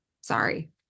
Sorry